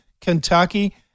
Kentucky